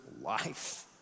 life